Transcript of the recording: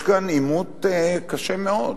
יש כאן עימות קשה מאוד,